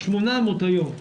800 היום,